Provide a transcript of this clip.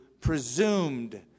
presumed